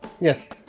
yes